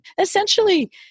essentially